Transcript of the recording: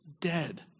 dead